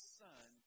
son